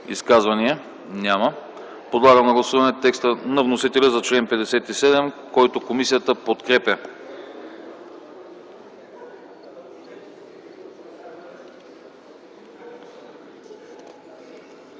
Изказвания? Няма. Подлагам на гласуване текста на вносителя за чл. 57, който комисията подкрепя.